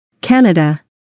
Canada